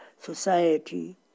society